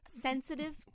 Sensitive